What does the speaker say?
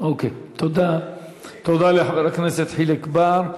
תודה לחבר הכנסת חיליק בר.